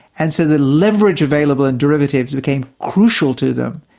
and so the leverage available in derivatives became crucial to them,